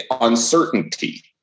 uncertainty